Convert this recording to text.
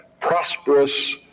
prosperous